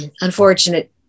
unfortunate